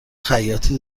خیاطی